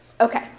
Okay